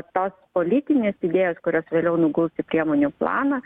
tos politinės idėjos kurios vėliau nuguls į priemonių planą